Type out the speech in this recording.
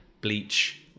Bleach